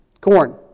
corn